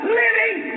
living